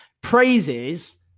praises